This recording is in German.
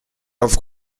auf